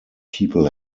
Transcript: people